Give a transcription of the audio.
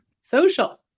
social